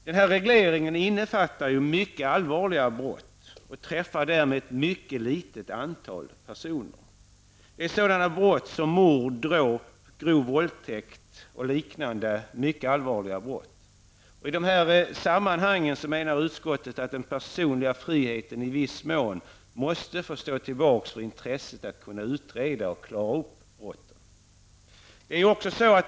Den här regleringen innefattar mycket allvarliga brott och träffar därmed ett mycket litet antal personer. Det gäller mord, dråp, grov våldtäkt och liknande mycket allvarliga brott. I det här sammanhanget menar utskottet att den personliga friheten i viss mån måste få stå tillbaka för intresset att kunna utreda och klara upp brotten.